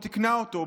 או תיקנה אותו,